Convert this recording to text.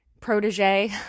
protege